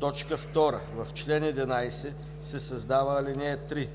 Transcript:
Точка 2: „2. В чл. 11 се създава ал. 3: